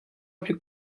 plus